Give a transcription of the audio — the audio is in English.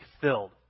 filled